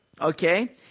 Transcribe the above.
okay